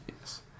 Yes